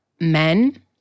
men